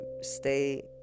stay